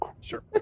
sure